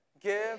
Give